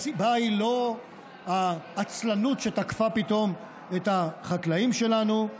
והסיבה היא לא העצלנות שתקפה פתאום את החקלאים שלנו.